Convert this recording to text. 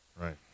Right